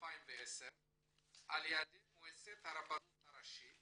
2010 על ידי מועצת הרבנות הראשית